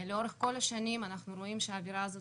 לאורך כל השנים אנחנו רואים שהעבירה הזאת